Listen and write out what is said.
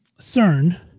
CERN